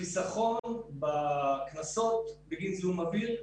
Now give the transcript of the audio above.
חיסכון בקנסות בגין זיהום אוויר.